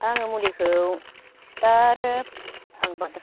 आङो मुलिखौ दा आरो आं बांद्राय